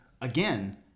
again